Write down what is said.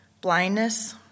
Blindness